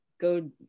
go